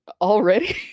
Already